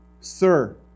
Sir